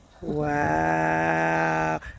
Wow